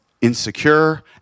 insecure